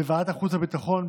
בוועדת החוץ והביטחון,